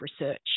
research